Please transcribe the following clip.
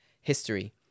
history